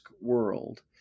world